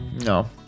No